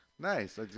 Nice